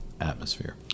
atmosphere